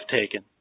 taken